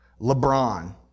LeBron